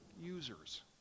users